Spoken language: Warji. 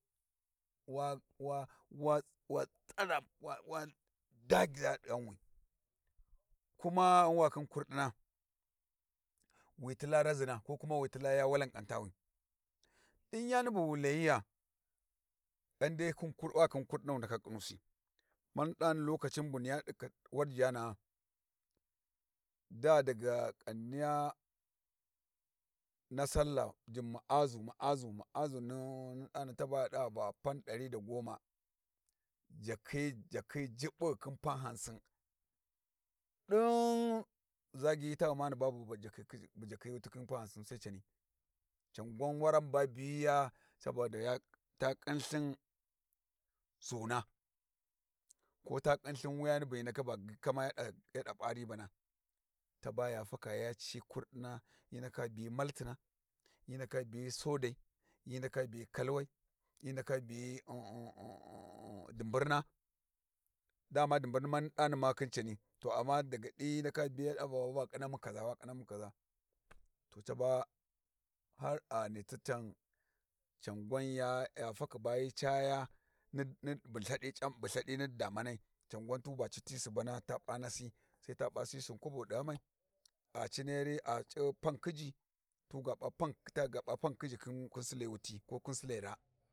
Wa wa wa tsara wa dagya ɗi ghanwi kuma ghan wa khin kurdina wi tilla razina ko kuma wi tilla ya walanƙantawi, din yani bu wu layiya ghan dai wa khin kurdin wu ndaka ƙhinusi. Mani ɗani lokacin bu niyya di ka Warji yana'a daa daga ƙanniya Nasalla jin Ma'azu Mu'azu Ma'azu ni dani ta baya ɗa va pan dari da goma jakhi jakhi Jubbu ghukhin pan hamsi. Din zagyi ta ghumani babu bu jakhi khi bu jakhi wuti khin pan hamsin sai cani, can gwan waran ba biyiya saboda ta ƙhin lthin zuna, ko ta khin lthin wuyani bu hyi ndaka ɗa ta ribana tabaya faka ya ci kurdina, hyi ndaka biyi maltina, hyi ndaka biyi sodai hyi ndaka biyi kalwai, hyi ndaka duburna, dama duburni mani ɗani ma khin cani, to amma daga di hyi ndaka biya ya ɗa va waba ƙhinamu kaza, wa khinamu kaza, to ca ba har a ghani ti can can gwan ya fakhi bahyi caya ni niɗu lthadi ni ɗi Damani tuba ca ti subana ta pa nasi, sai ta p'a sisin kobo ɗi ghamai a ci nairi a ci pan khijji taga p'a pan khiji khin sule wuti ko ga sule raa.